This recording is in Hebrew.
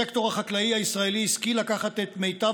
הסקטור החקלאי הישראלי השכיל לקחת את מיטב